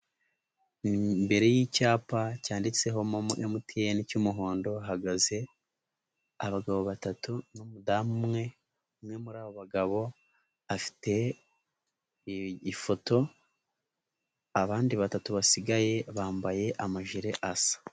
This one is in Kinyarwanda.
Imbere y'icyapa cyanditseho Momo MTN cy'umuhondo hahagaze abagabo batatu n'umudamu umwe, umwe muri abo bagabo afite ifoto abandi batatu basigaye bambaye amajire asa.